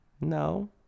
no